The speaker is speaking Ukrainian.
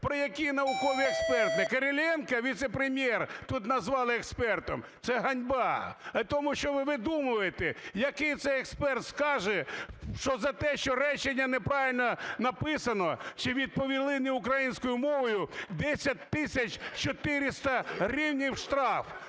Про які наукові експерти? Кириленка, віце-прем'єр, тут назвали експертом. Це ганьба! Тому що ви видумуєте. Який це експерт скаже, що за те, що речення неправильно написано чи відповіли не українською мовою, 10 тисяч 400 гривень – штраф.